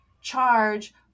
charge